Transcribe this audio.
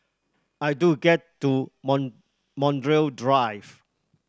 I do get to Montreal Drive